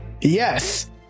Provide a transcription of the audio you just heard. Yes